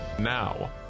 Now